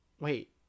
wait